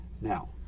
Now